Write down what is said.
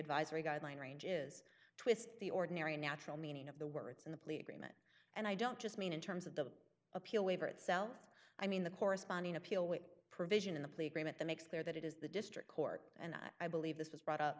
advisory guideline range is twist the ordinary natural meaning of the words in the bleed remit and i don't just mean in terms of the appeal waiver itself i mean the corresponding appeal with a provision in the plea agreement that makes clear that it is the district court and i believe this was brought up